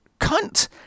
cunt